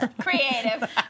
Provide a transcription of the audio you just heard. Creative